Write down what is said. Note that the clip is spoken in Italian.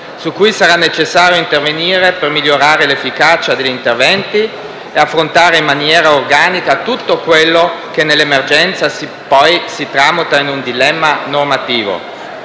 su cui sarà necessario intervenire per migliorare l'efficacia degli interventi e affrontare in maniera organica tutto quello che, nell'emergenza, poi si tramuta in un dilemma normativo.